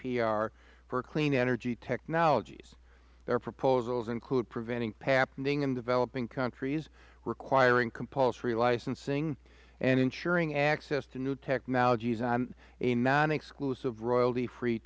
ipr for clean energy technologies their proposals include preventing patenting in developing countries requiring compulsory licensing and ensuring access to new technologies on a non exclusive royalty free